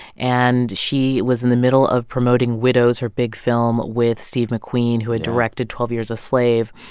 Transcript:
and she was in the middle of promoting widows, her big film with steve mcqueen who had directed twelve years a slave.